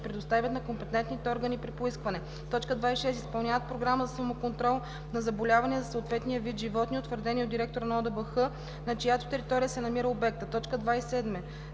предоставят на компетентните органи при поискване; 26. изпълняват програми за самоконтрол на заболявания за съответния вид животни, утвърдени от директора на ОДБХ, на чиято територия се намира обектът; 27.